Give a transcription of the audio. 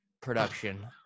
production